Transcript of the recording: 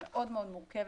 היא מאוד מאוד מורכבת.